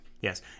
Yes